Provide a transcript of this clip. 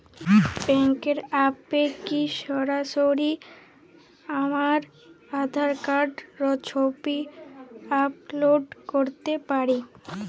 ব্যাংকের অ্যাপ এ কি সরাসরি আমার আঁধার কার্ড র ছবি আপলোড করতে পারি?